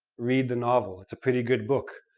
read the novel, it's a pretty good book.